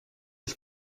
ich